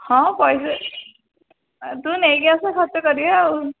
ହଁ ପଇସା ତୁ ନେଇକି ଆସେ ଖର୍ଚ୍ଚ କରିବା ଆଉ